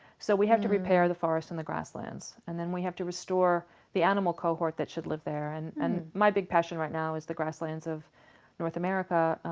so we have to repair the forests and the grasslands. and we have to restore the animal cohort that should live there. and and my big passion right now is the grasslands of north america.